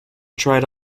tried